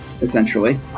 essentially